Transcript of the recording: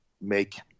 make